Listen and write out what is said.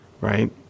Right